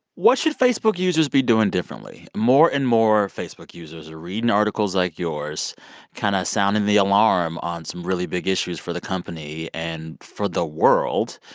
what should facebook users be doing differently? more and more facebook users are reading articles like yours kind of sounding the alarm on some really big issues for the company and for the world.